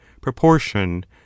proportion